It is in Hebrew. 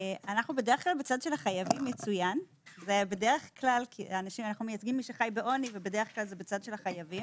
אנו בדרך כלל מייצגים מי שחי בעוני בדרך כלל בצד של החייבים אבל